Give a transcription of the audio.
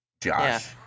Josh